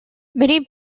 many